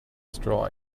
straw